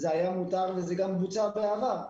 זה היה מותר וזה גם בוצע בעבר.